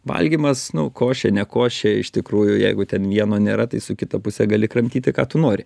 valgymas nu košė ne košė iš tikrųjų jeigu ten vieno nėra tai su kita puse gali kramtyti ką tu nori